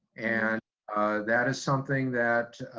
and that is something that